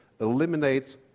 eliminates